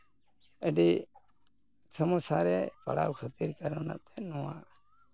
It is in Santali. ᱟᱹᱰᱤ ᱥᱚᱢᱚᱥᱥᱟ ᱨᱮ ᱯᱟᱲᱟᱣ ᱠᱷᱟᱹᱛᱤᱨ ᱠᱟᱨᱚᱱᱛᱮ ᱱᱚᱣᱟ